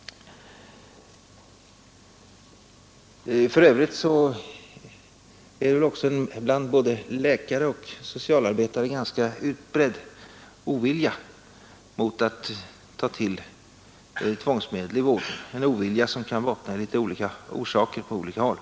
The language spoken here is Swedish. För övrigt finns det väl bland både läkare och socialarbetare en ganska utbredd ovilja mot att ta till tvångsmedel, en ovilja som kan bottna i olika orsaker på olika håll.